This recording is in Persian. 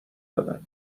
دادم